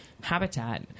habitat